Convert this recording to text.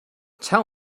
tell